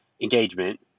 engagement